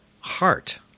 heart